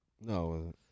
No